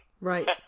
Right